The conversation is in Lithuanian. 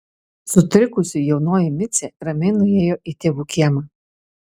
sutrikusi jaunoji micė ramiai nuėjo į tėvų kiemą